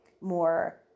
more